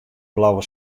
blauwe